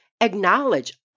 acknowledge